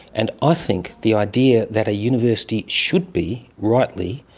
and i think the idea that a university should be, rightly,